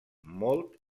mòlt